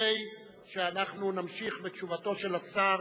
לפני שאנחנו נמשיך בתשובתו של השר,